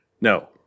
No